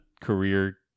career